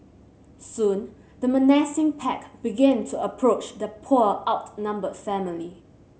soon the menacing pack began to approach the poor outnumbered family